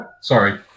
Sorry